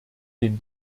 den